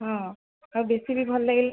ହଁ ଆଉ ବେଶୀ ବି ଭଲ ଲାଗିଲା